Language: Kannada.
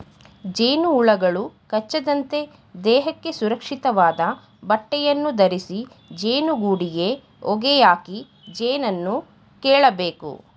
ಜೇನುಹುಳುಗಳು ಕಚ್ಚದಂತೆ ದೇಹಕ್ಕೆ ಸುರಕ್ಷಿತವಾದ ಬಟ್ಟೆಯನ್ನು ಧರಿಸಿ ಜೇನುಗೂಡಿಗೆ ಹೊಗೆಯಾಕಿ ಜೇನನ್ನು ಕೇಳಬೇಕು